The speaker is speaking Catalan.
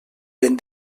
ben